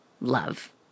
love